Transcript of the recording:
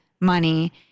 money